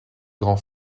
grands